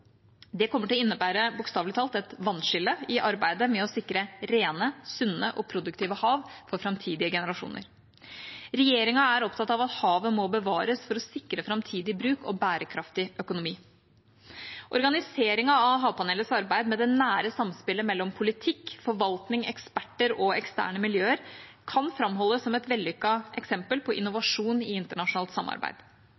Det kommer bokstavelig talt til å innebære et vannskille i arbeidet med å sikre rene, sunne og produktive hav for framtidige generasjoner. Regjeringa er opptatt av at havet må bevares for å sikre framtidig bruk og bærekraftig økonomi. Organiseringen av Havpanelets arbeid, med det nære samspillet mellom politikk, forvaltning, eksperter og eksterne miljøer, kan framholdes som et vellykket eksempel på